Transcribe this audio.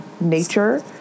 nature